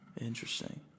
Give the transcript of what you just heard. Interesting